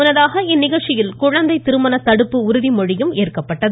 முன்னதாக இந்நிகழ்ச்சியில் குழந்தை திருமண தடுப்பு உறுதிமொழியும் ஏற்கப்பட்டது